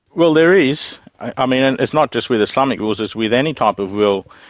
well, there is, i mean, it's not just with islamic wills, it's with any type of will.